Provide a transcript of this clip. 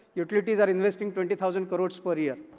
utilities are investing twenty thousand crores per year.